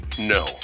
No